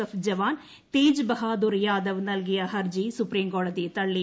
F jawan Tej Bahadur Yadav നൽകിയ ഹർജിസ്ുപ്രീം കോടതി തള്ളി